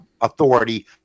authority